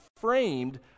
framed